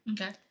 Okay